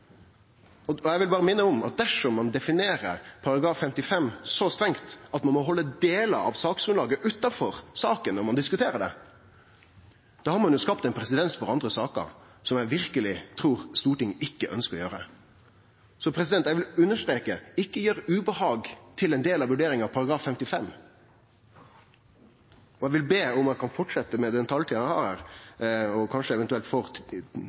denne grunngivinga. Eg vil berre minne om at dersom ein definerer § 55 så strengt at ein må halde delar av saksgrunnlaget utanfor saka når ein diskuterer ho, da har ein jo skapt ein presedens for andre saker som eg verkeleg ikkje trur Stortinget ønskjer. Eg vil understreke: Ikkje gjer ubehag til ein del av vurderinga av § 55. Eg vil be om at eg kan fortsetje med den taletida eg har her, og kanskje